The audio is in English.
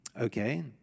Okay